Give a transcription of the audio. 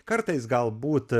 kartais galbūt